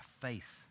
faith